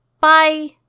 Bye